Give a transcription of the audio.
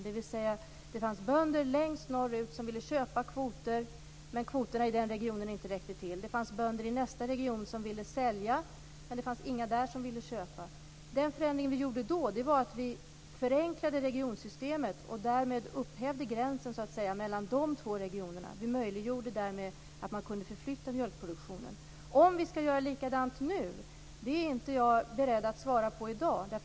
Det fanns alltså bönder längst norrut som ville köpa kvoter, men kvoterna i den regionen räckte inte till. Och det fanns bönder i nästa region som ville sälja kvoter, men det fanns ingen där som ville köpa. Den förändring som vi gjorde då var att vi förenklade regionsystemet och därmed upphävde gränsen mellan dessa två regioner. Vi möjliggjorde därmed en förflyttning av mjölkproduktionen. Om vi skall göra på samma sätt nu är jag inte beredd att svara på i dag.